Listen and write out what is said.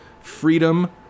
freedom